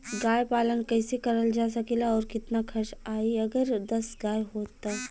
गाय पालन कइसे करल जा सकेला और कितना खर्च आई अगर दस गाय हो त?